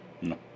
No